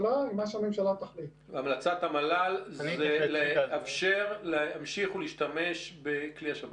המלצת המל"ל זה לאפשר להמשיך ולהשתמש בכלי השב"כ.